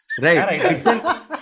Right